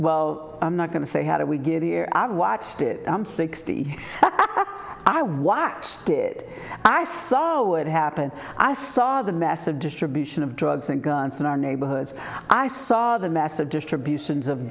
well i'm not going to say how do we get here i've watched it i'm sixty i watched it i saw what happened i saw the massive distribution of drugs and guns in our neighborhoods i saw the massive distributions of